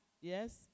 yes